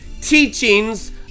Teachings